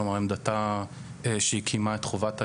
כלומר עמדתה שהיא קיימה את חובת ההיוועצות,